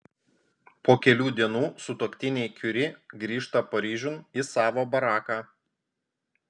po kelių dienų sutuoktiniai kiuri grįžta paryžiun į savo baraką